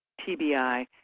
TBI